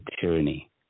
tyranny